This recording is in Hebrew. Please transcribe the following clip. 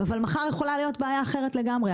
אבל מחר יכולה להיות בעיה אחרת לגמרי,